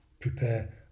prepare